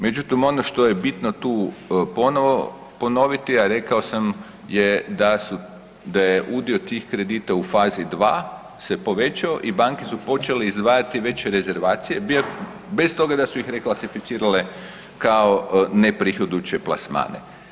Međutim, ono što je bitno tu ponovo ponoviti, a rekao sam je da je udio tih kredita u fazi 2 se povećao i banke su počele izdvajati veće rezervacije bez toga da su ih reklasificirale kao neprihodujuće plasmane.